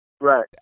right